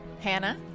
Hannah